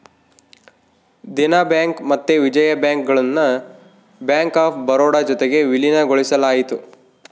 Dena bank ಮತ್ತೆ Vijaya bank ಗುಳ್ನ bank of Baroda ಜೊತಿಗೆ ವಿಲೀನಗೊಳಿಸಲಾಯಿತು